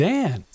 Dan